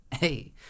Hey